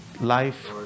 Life